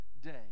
day